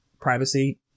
privacy